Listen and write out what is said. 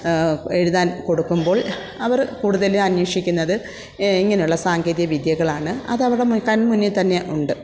എഴുതാൻ കൊടുക്കുമ്പോൾ അവർ കൂടുതൽ അന്വേഷിക്കുന്നത് ഇങ്ങനുള്ള സാങ്കേതിക വിദ്യകളാണ് അതവരുടെ മുന്നിൽ കൺമുന്നിൽ തന്നെ ഉണ്ട്